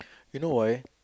you know why